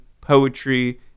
poetry